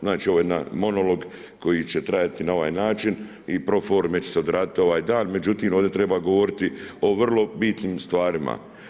Znači ovo je jedan monolog koji će trajati na ovaj način i pro forme će se odraditi ovaj dan, međutim ovdje treba govoriti o vrlo bitnim stvarima.